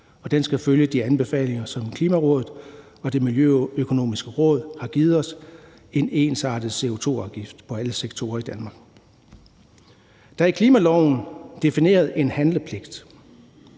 den skal følge de anbefalinger, som Klimarådet og Det Miljøøkonomiske Råd har givet os, nemlig en ensartet CO2-afgift på alle sektorer i Danmark. Der er i klimaloven defineret en handlepligt.